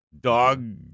Dog